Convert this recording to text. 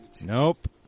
Nope